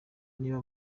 niba